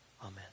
Amen